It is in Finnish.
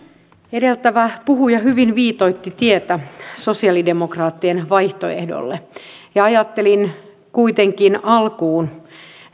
edeltävä puhuja hyvin viitoitti tietä sosialidemokraattien vaihtoehdolle ja ajattelin kuitenkin alkuun